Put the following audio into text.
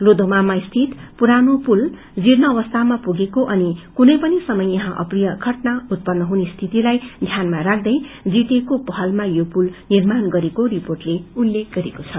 लोधोमास्थित पुरानो पूल जीण अवस्थामा पुगेको अनि कुनै अनि कुनै पनि समय यहाँ अप्रिय घटना उतपन्न हुने स्थितिलाई ध्यानमा राख्दै जीटिए को पहलामा यो पुल निर्माण गरिएको रिर्पोटले उल्लेख गरेको छ